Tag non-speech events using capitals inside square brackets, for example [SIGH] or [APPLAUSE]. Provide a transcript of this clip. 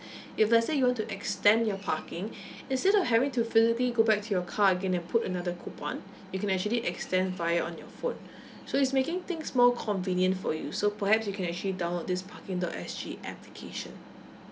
if let's say you want to extend your parking [BREATH] instead of having to fully go back to your car again and put another coupon you can actually extend via on your phone so it's making things more convenient for you so perhaps you can actually download this parking dot S_G application